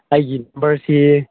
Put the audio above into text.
ꯑꯩꯒꯤ ꯅꯝꯕꯔꯁꯤ